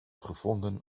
gevonden